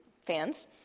fans